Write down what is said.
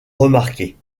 remarquées